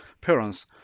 parents